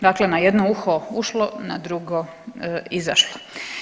Dakle, na jedno uho ušlo, na drugo izašlo.